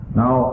now